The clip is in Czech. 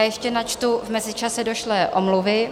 Ještě načtu v mezičase došlé omluvy.